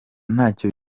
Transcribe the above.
ntacyo